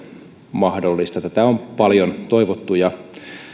mahdollista tätä on paljon toivottu ja